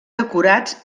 decorats